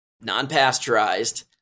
non-pasteurized